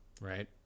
Right